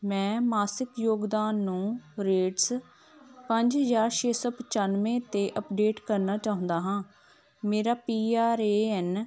ਮੈਂ ਮਾਸਿਕ ਯੋਗਦਾਨ ਨੂੰ ਰੇਟਜ਼ ਪੰਜ ਹਜ਼ਾਰ ਛੇ ਸੋ ਪਚਾਨਵੇਂ 'ਤੇ ਅਪਡੇਟ ਕਰਨਾ ਚਾਹੁੰਦਾ ਹਾਂ ਮੇਰਾ ਪੀ ਆਰ ਏ ਐਨ